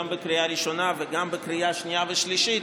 גם בקריאה ראשונה וגם בקריאה שנייה ושלישית,